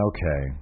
Okay